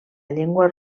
llengua